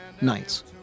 nights